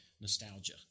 nostalgia